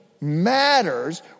matters